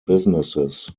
businesses